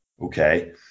okay